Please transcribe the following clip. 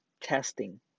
testing